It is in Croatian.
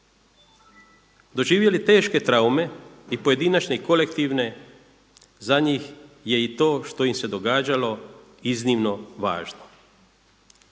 doživjeli teške traume i pojedinačne i kolektivne, za njih je i to što im se događalo iznimno važno.